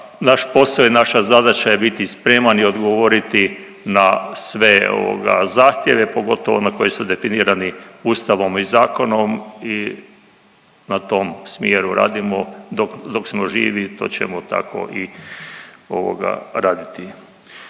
naš posao i naša zadaća je biti spreman i odgovoriti na sve ovoga zahtjeve, pogotovo na koje su definirani Ustavom i zakonom i na to smjeru radimo dok, dok smo živi i to ćemo tako ovoga raditi.